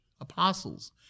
apostles